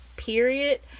Period